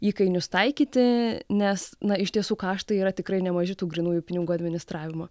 įkainius taikyti nes na iš tiesų karštai yra tikrai nemaži tų grynųjų pinigų administravimo